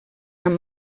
amb